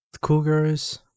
cougars